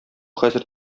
хәзер